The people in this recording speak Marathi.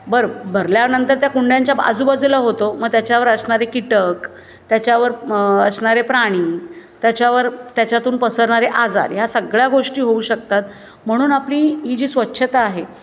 बरं भरल्यानंतर त्या कुंड्यांच्या बा आजूबाजूला होतो मग त्याच्यावर असणारे कीटक त्याच्यावर असणारे प्राणी त्याच्यावर त्याच्यातून पसरणारे आजार ह्या सगळ्या गोष्टी होऊ शकतात म्हणून आपली ही जी स्वछता आहे